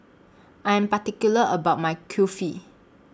I Am particular about My Kulfi